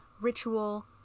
ritual